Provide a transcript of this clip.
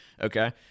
okay